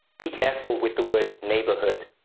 be careful with the word neighbourhood.